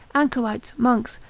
anchorites, monks,